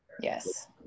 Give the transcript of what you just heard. Yes